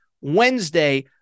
Wednesday